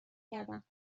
کردم